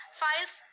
files